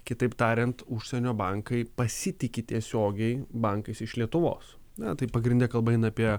kitaip tariant užsienio bankai pasitiki tiesiogiai bankais iš lietuvos tai pagrindi kalba eina apie